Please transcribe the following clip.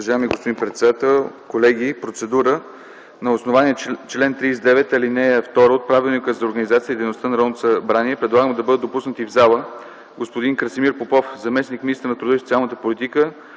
Уважаеми господин председател, колеги! Процедура – на основание чл. 39, ал. 2 от Правилника за организацията и дейността на Народното събрание предлагам да бъдат допуснати в залата господин Красимир Попов – заместник-министър на труда и социалната политика,